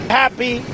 happy